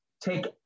take